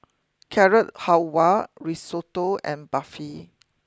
Carrot Halwa Risotto and Barfi